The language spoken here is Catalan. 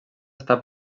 està